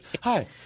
Hi